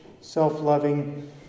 self-loving